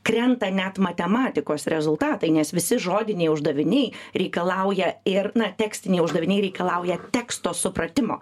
krenta net matematikos rezultatai nes visi žodiniai uždaviniai reikalauja ir tekstiniai uždaviniai reikalauja teksto supratimo